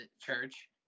church